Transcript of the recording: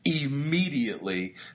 immediately